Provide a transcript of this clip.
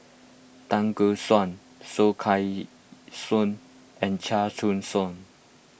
Tan Gek Suan Soh Kay Siang and Chia Choo Suan